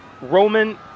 Roman